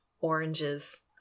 oranges